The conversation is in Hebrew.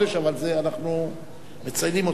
אבל אנחנו מציינים אותו,